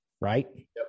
right